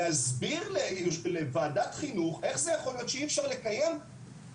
להסביר לוועדת החינוך איך זה יכול להיות שאי אפשר לקיים קורס